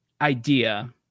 idea